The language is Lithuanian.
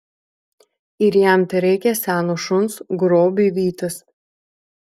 ir jam tereikia seno šuns grobiui vytis